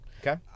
Okay